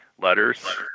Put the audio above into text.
letters